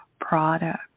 product